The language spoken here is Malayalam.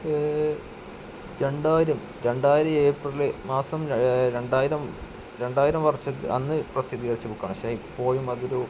രണ്ടായിരം രണ്ടായിരം ഏപ്രില് മാസം രണ്ടായിരം രണ്ടായിരം വർഷം അന്ന് പ്രസിദ്ധീകരിച്ച ബുക്കാണ് പക്ഷേ ഇപ്പോഴും അതൊരു